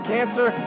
Cancer